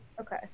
okay